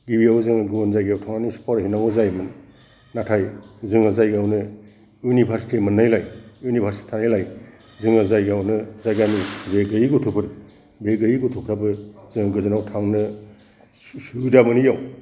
गिबियावनो जोङो गुबुन जायगायाव थांनानै फरायहैनांगौ जायोमोन नाथाय जोङो जायगायावनो इउनिभार्सिति मोन्नायलाय इउनिभार्सिति थानायलाय जोङो जायागायावनो जायगानि जे गैयै गथ'फोर बे गैयि गथ'फोराबो जों गोजानाव थांनो सुबिदा मोनियाव